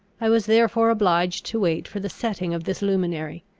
i was therefore obliged to wait for the setting of this luminary,